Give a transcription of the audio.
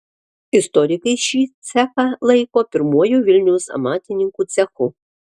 istorikai šį cechą laiko pirmuoju vilniaus amatininkų cechu